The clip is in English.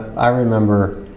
i remember